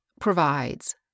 provides